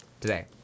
today